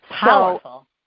Powerful